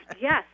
yes